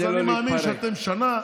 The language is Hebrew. אז אני מאמין שאתם שנה,